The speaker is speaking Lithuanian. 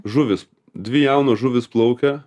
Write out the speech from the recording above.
žuvys dvi jaunos žuvys plaukia